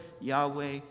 Yahweh